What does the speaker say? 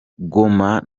goma